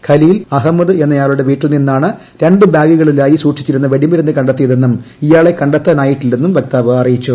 ഖലീൽ അഹമ്മദ്ദ് ിഎന്നയാളുടെ വീട്ടിൽ നിന്നാണ് ബാഗുകളിലായി സൂക്ഷിച്ചിരുന്ന വെടിമരുന്ന് രണ്ടു കണ്ടെത്തിയതെന്നും ഇയാളെ കണ്ടെത്താനായിട്ടില്ലന്നും വക്താവ് അറിയിച്ചു